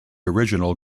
original